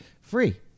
Free